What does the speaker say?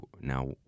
now